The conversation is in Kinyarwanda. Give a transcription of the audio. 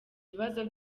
ibibazo